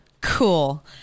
cool